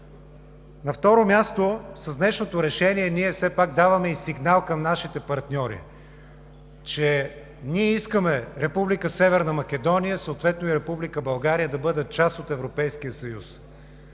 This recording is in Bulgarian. На второ място, с днешното решение ние все пак даваме и сигнал към нашите партньори, че ние искаме Република Северна Македония, съответно и Република България, да бъдат част от Европейския съюз.